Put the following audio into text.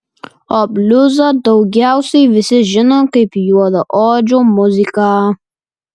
o bliuzą daugiausiai visi žino kaip juodaodžių muziką